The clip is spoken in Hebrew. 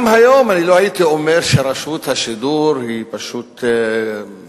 גם היום אני לא הייתי אומר שרשות השידור היא פשוט במצב